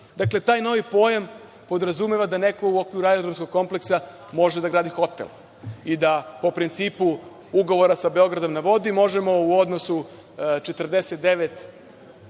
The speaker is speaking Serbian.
Dakle, taj novi pojam podrazumeva da neko u okviru aerodromskog kompleksa može da gradi hotel, i da po principu ugovora sa Beogradom na vodi, možemo u odnosu 49